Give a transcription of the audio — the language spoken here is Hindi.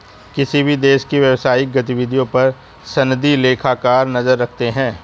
किसी भी देश की व्यवसायिक गतिविधियों पर सनदी लेखाकार नजर रखते हैं